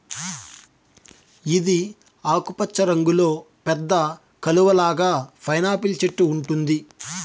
ఇది ఆకుపచ్చ రంగులో పెద్ద కలువ లాగా పైనాపిల్ చెట్టు ఉంటుంది